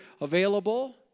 available